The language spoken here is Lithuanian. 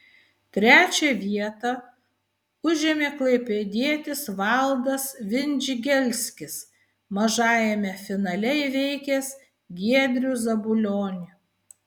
trečią vietą užėmė klaipėdietis valdas vindžigelskis mažajame finale įveikęs giedrių zabulionį